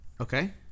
Okay